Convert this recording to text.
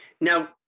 Now